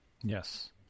Yes